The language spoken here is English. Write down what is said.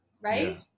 right